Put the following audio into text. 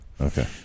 Okay